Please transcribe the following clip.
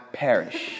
perish